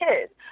kids